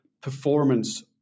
performance